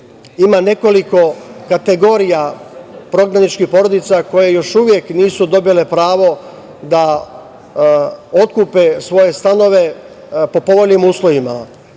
ima nekoliko kategorija prognaničkih porodica koje još uvek nisu dobile pravo da otkupe svoje stanove po povoljnim uslovima.